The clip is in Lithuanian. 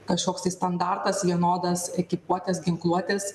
kažkoks tai standartas vienodas ekipuotes ginkluotes